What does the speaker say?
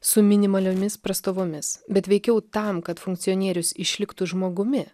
su minimaliomis prastovomis bet veikiau tam kad funkcionierius išliktų žmogumi